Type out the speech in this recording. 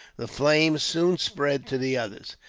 the flames soon spread to the others,